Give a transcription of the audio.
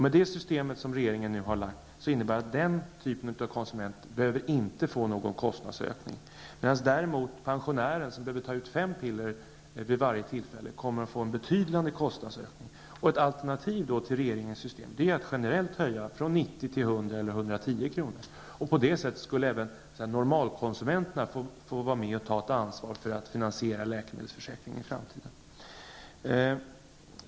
Det system som regeringen nu har föreslagit innebär att den typen av konsument inte behöver få någon kostnadsökning, medan däremot pensionären, som behöver ta ut fem läkemedel vid varje tillfälle, kommer att få en betydande kostnadsökning. Ett alternativ till regeringens system är att generellt höja från 90 till 100 eller 110 kr. På det sättet skulle även ''normalkonsumenterna'' i framtiden få vara med och ta ett ansvar för att finansiera läkemedelsförsäkringen.